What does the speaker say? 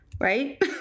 Right